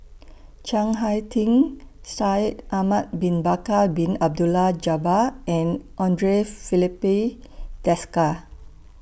Chiang Hai Ding Shaikh Ahmad Bin Bakar Bin Abdullah Jabbar and Andre Filipe Desker